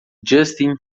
justin